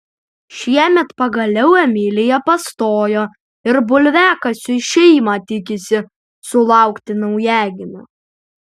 šiemet pagaliau emilija pastojo ir bulviakasiui šeima tikisi sulaukti naujagimio